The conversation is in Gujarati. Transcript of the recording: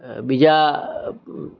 બીજા